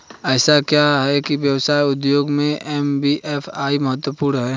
ऐसा क्यों है कि व्यवसाय उद्योग में एन.बी.एफ.आई महत्वपूर्ण है?